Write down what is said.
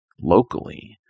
locally